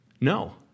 no